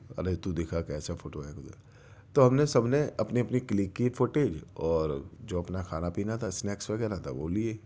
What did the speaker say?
ارے تو دکھا کیسا فوٹو ہے تو ہم نے سب نے اپنی اپنی کلک کی فوٹیز اور جو اپنا کھانا پینا تھا اسنیکس وغیرہ تھا وہ لئے